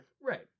Right